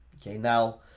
okay? now,